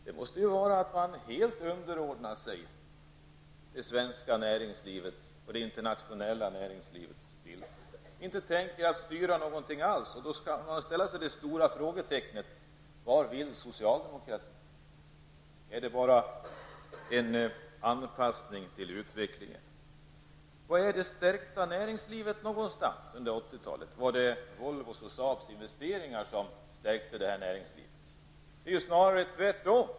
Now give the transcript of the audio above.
Då underordnar man sig helt det svenska och internationella näringslivet och tänker sig inte alls att styra. Då uppstår den stora frågan: Vad vill socialdemokratin? Handlar det bara om en anpassning till utvecklingen? Var är 80-talets stärkta näringsliv? Var det Volvos och Saabs investeringar som stärkte näringslivet? Nej, det är snarare tvärtom.